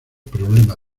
problema